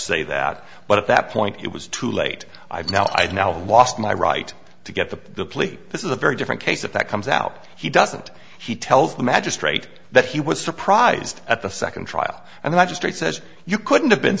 say that but at that point it was too late i've now i've now lost my right to get the plea this is a very different case if that comes out he doesn't he tells the magistrate that he was surprised at the second trial and the magistrate says you couldn't have been